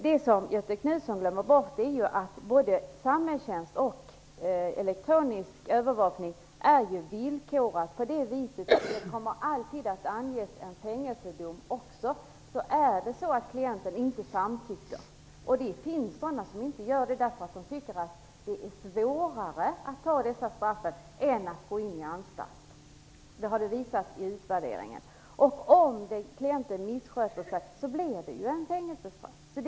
Göthe Knutson glömmer bort att både samhällstjänst och elektronisk övervakning är villkorade så att det alltid kommer att anges en fängelsedom också. Om klienten inte samtycker - det har visat sig i utvärderingen att det finns de som tycker att det är svårare att ta dessa straff än att gå in i anstalt - och om klienten missköter sig blir det fängelsestraff.